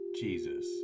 Jesus